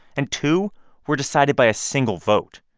and two were decided by a single vote.